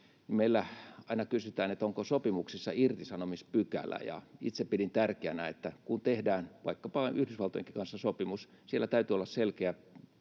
silloin kun tätä neuvottelua lähdettiin tekemään, itse pidin tärkeänä, että kun tehdään vaikkapa Yhdysvaltojenkin kanssa sopimus, siellä täytyy olla selkeä